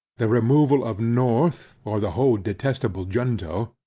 the removal of north, or the whole detestable junto,